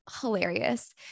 hilarious